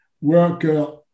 worker